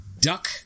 duck